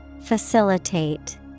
Facilitate